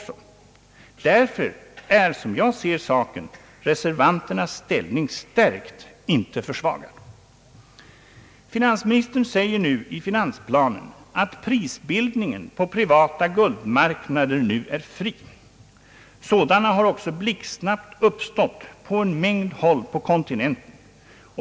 Som jag ser saken, är därför reservanternas ställning stärkt och inte försvagad. Finansministern säger i finansplanen, att prisbildningen på privata guldmarknader nu är fri. Sådana har också blixtsnabbt uppstått på en mängd håll på kontinenten.